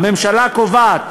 הממשלה קובעת